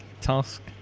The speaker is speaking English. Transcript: task